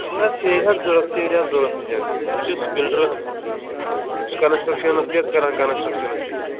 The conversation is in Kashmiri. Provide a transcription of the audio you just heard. اَسہِ آسہٕ سیرِ حظ ضروٗرت سیرِ آسہٕ ضروٗرت اَسہِ حظ بہٕ چھُس بِلڈر حظ بہٕ چھُس کَنَسٹرٛکشَنَس سٍتۍ کران کَنَسٹرٛکشَنَس سۭتۍ